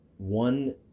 One